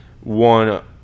one